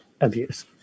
abuse